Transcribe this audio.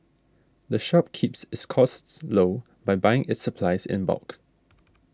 the shop keeps its costs low by buying its supplies in bulk